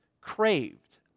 craved